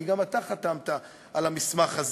כי גם אתה חתמת על המסמך הזה,